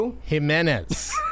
Jimenez